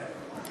כן.